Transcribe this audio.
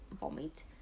vomit